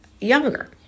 younger